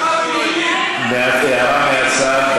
הערה מהצד.